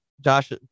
Josh